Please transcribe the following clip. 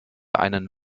einen